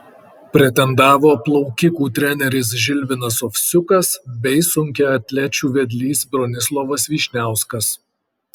pretendavo plaukikų treneris žilvinas ovsiukas bei sunkiaatlečių vedlys bronislovas vyšniauskas